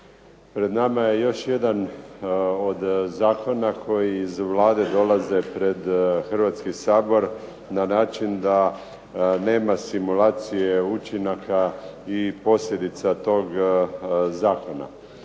Pred nama je još jedan od Zakona koji iz Vlade dolaze pred Hrvatski sabor na način da nema simulacije učinaka i posljedica tog Zakona.